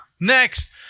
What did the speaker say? Next